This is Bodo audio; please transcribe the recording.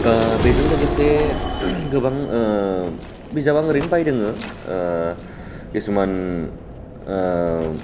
ओ बेजों लोगोसे गोबां ओ बिजाबा ओरैनो बायदोङो ओ किसुमान ओ